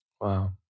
Wow